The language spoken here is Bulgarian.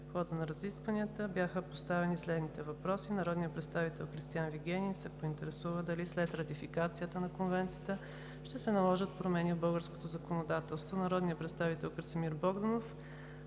В хода на разискванията бяха поставени следните въпроси: народният представител Кристиан Вигенин се поинтересува дали след ратификацията на Конвенцията ще се наложат промени в българското законодателство. Народният представител Красимир Богданов